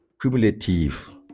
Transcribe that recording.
cumulative